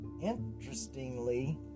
Interestingly